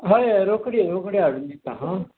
हय हय रोकडी रोकडी हाडून दिता आं